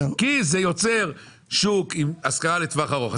כי זה יוצר שוק עם השכרה לטווח ארוך.